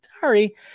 sorry